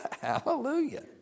Hallelujah